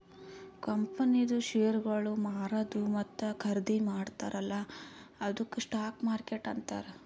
ಕಂಪನಿದು ಶೇರ್ಗೊಳ್ ಮಾರದು ಮತ್ತ ಖರ್ದಿ ಮಾಡ್ತಾರ ಅಲ್ಲಾ ಅದ್ದುಕ್ ಸ್ಟಾಕ್ ಮಾರ್ಕೆಟ್ ಅಂತಾರ್